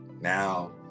now